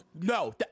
no